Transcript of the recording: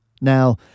Now